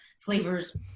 flavors